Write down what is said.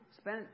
Spend